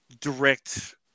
direct